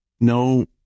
No